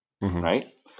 right